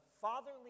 fatherly